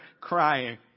crying